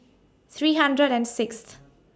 three hundred and Sixth